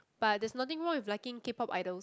but there's nothing wrong with liking K-Pop idols